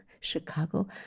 chicago